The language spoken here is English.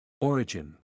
Origin